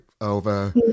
over